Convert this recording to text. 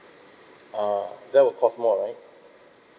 ah that will cost more right